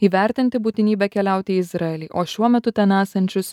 įvertinti būtinybę keliauti į izraelį o šiuo metu ten esančius